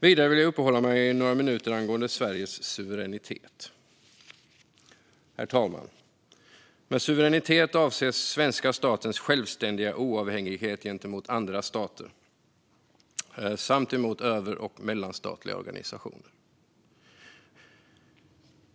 Vidare vill jag uppehålla mig i några minuter vid Sveriges suveränitet. Herr talman! Med suveränitet avses svenska statens oavhängighet gentemot andra stater samt gentemot över och mellanstatliga organisationer.